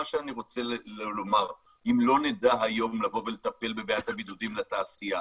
מה שאני רוצה לומר: אם לא נדע היום לטפל בבעיית הבידודים לתעשייה,